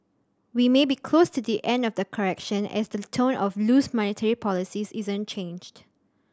we may be close to the end of the correction as the tone of loose monetary policies isn't changed